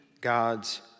God's